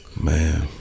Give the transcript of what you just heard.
Man